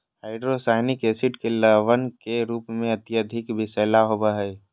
hydrocyanic acid के लवण के रूप में अत्यधिक विषैला होव हई